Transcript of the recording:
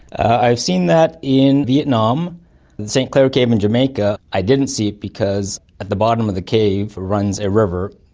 i've seen that in vietnam. in st clair cave in jamaica i didn't see it because at the bottom of the cave runs a river,